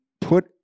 put